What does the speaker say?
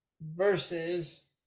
versus